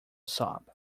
sob